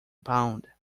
bound